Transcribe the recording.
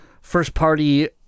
first-party